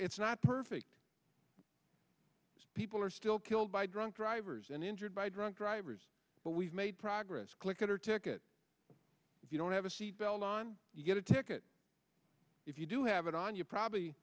it's not perfect people are still killed by drunk drivers and injured by drunk drivers but we made progress click it or ticket if you don't have a seatbelt on you get a ticket if you do have it on you probably